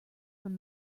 from